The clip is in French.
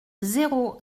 zéro